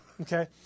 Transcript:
Okay